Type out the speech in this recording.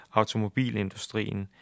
automobilindustrien